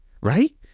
Right